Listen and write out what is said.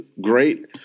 great